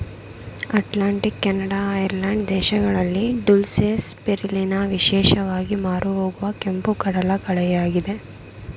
Atlantic, Canada, Ireland ದೇಶಗಳಲ್ಲಿ dulse, spirulina ವಿಶೇಷವಾಗಿ ಮಾರುಹೋಗುವ ಕೆಂಪು ಕಡಲಕಳೆಯಾಗಿದೆ